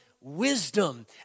wisdom